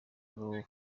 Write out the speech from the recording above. raul